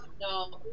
no